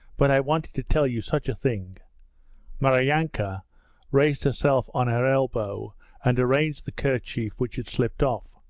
but i wanted to tell you such a thing maryanka raised herself on her elbow and arranged the kerchief which had slipped off.